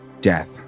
death